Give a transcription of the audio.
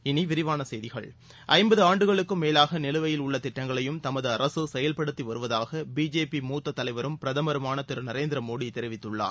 இனி விரிவான செய்திகள் ஐம்பது ஆண்டுகளுக்கும் மேலாக நிலுவையில் உள்ள திட்டங்களையும் தமது அரசு செயல்படுத்தி வருவதாக பிஜேபி மூத்த தலைவரும் பிரதமருமான திரு நரேந்திர மோடி தெரிவித்துள்ளார்